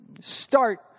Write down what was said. Start